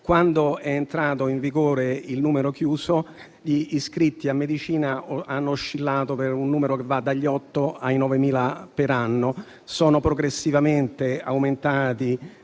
Quando è entrato in vigore il numero chiuso, gli iscritti a medicina hanno oscillato per un numero che va dagli 8.000 ai 9.000 per anno e sono progressivamente aumentati